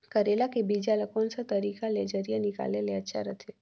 करेला के बीजा ला कोन सा तरीका ले जरिया निकाले ले अच्छा रथे?